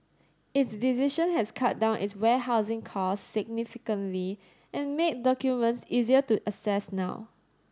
its decision has cut down its warehousing costs significantly and made documents easier to access now